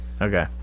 Okay